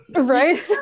Right